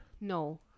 no